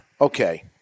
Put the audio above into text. Okay